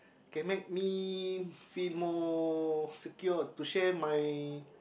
can make me feel more secured to share my